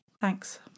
Thanks